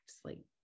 sleep